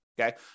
Okay